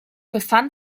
befand